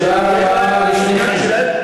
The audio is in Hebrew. כשתהיה להם, באוסלו אמרו, תודה רבה לשניכם.